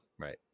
right